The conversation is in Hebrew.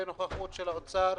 בנוכחות האוצר,